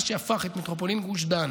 מה שהפך את מטרופולין גוש דן